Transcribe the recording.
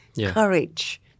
courage